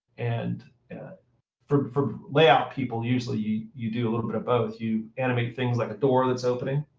and and for for layout people, usually you do a little bit of both. you animate things like a door that's opening.